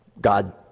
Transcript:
God